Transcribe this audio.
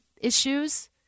issues